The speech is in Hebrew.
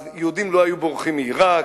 אז יהודים לא היו בורחים מעירק,